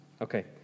Okay